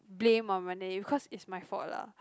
blame on my nanny cause it's my fault lah